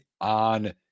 on